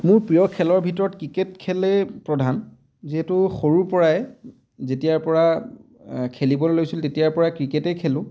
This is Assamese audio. মোৰ প্ৰিয় খেলৰ ভিতৰত ক্ৰিকেট খেলেই প্ৰধান যিহেতু সৰুৰ পৰাই যেতিয়াৰ পৰা খেলিবলৈ লৈছিলোঁ তেতিয়াৰ পৰাই ক্ৰিকেটেই খেলোঁ